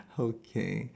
okay